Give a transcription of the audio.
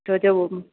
छो जो